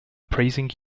praising